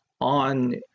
on